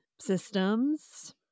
systems